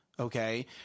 okay